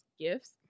gifts